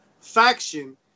faction